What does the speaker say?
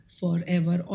forever